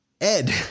Ed